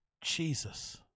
Jesus